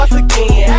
again